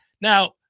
Now